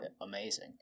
amazing